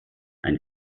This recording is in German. ein